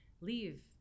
leave